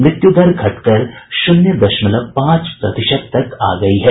मृत्यु दर घटकर शून्य दशमलव पांच प्रतिशत तक आ गयी है